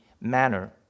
manner